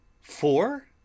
four